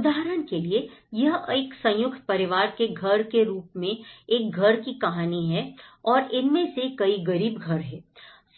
उदाहरण के लिए यह एक संयुक्त परिवार के घर के रूप में एक घर की कहानी है और इनमें से कई गरीब घर हैं